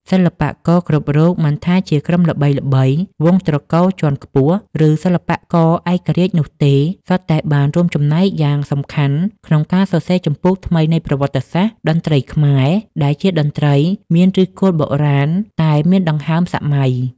សិល្បករគ្រប់រូបមិនថាជាក្រុមល្បីៗ វង្សត្រកូលជាន់ខ្ពស់ ឬសិល្បករឯករាជ្យនោះទេ សុទ្ធតែបានរួមចំណែកយ៉ាងសំខាន់ក្នុងការសរសេរជំពូកថ្មីនៃប្រវត្តិសាស្ត្រតន្ត្រីខ្មែរ ដែលជាតន្ត្រីមាន ឫសគល់បុរាណ តែមានដង្ហើមសម័យ ។